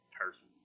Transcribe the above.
person